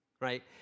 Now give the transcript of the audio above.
right